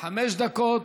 חמש דקות,